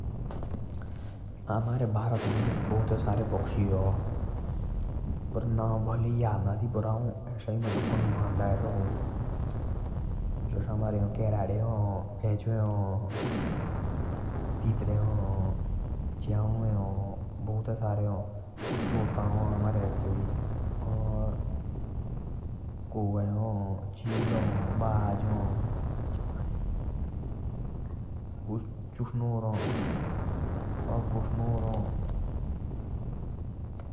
हमारे भारतन्दे बहुते सरे पक्षी हाँ । केरड़े हाँ पेंचुआ हाँ । तित्रे हाँ । तोता भी हाउ । चुसनोर हाँ ।